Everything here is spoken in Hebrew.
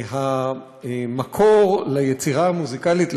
המקור ליצירה המוזיקלית,